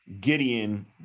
Gideon